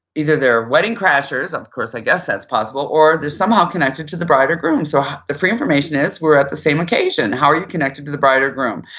either they're wedding crashers, of course i guess that's possible, or they're somehow connected to the bride or groom. so the free information is we're at the same occasion, how are you connected to the bride or groom?